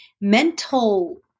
mental